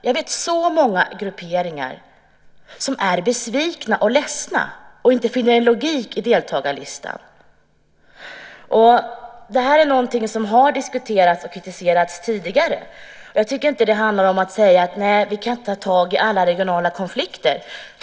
Jag vet så många grupperingar som är besvikna och ledsna och inte finner någon logik i deltagarlistan. Det här är någonting som har diskuterats och kritiserats tidigare. Jag tycker inte att det handlar om att säga: Nej, vi kan inte ta tag i alla regionala konflikter.